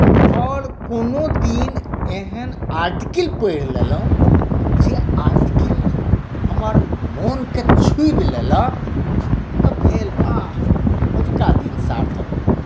आओर कोनो दिन एहन आर्टिकिल पढ़ि लेलहुँ जे आर्टिकिल हमर मोनके छूबि लेलक तऽ भेल वाह अजुका दिन सार्थक भऽ गेल